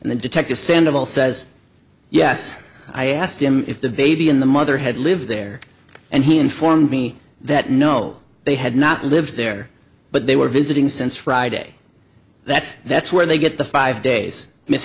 and the detective sandoval says yes i asked him if the baby in the mother had lived there and he informed me that no they had not lived there but they were visiting since friday that's that's where they get the five days m